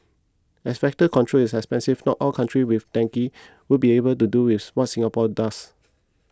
as vector control is expensive not all countries with dengue would be able to do with what Singapore does